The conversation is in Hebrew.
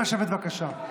נא לשבת במקום בבקשה.